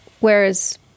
whereas